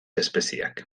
espezieak